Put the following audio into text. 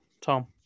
Tom